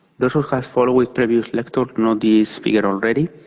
this has followed a previous lecture on this figure already.